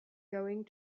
going